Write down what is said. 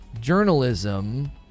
journalism